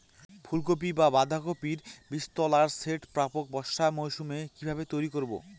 ফুলকপি বা বাঁধাকপির বীজতলার সেট প্রাক বর্ষার মৌসুমে কিভাবে তৈরি করব?